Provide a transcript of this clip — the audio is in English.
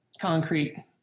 concrete